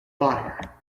fire